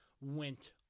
went